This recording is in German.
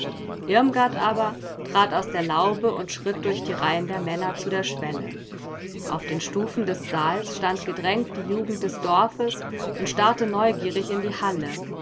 irmgard aber trat aus der laube und schritt durch die reihen der männer zu der schwelle auf den stufen des saals stand gedrängt die jugend des dorfes und starrte neugierig in die halle